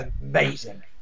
amazing